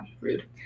Rude